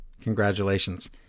Congratulations